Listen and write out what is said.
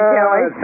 Kelly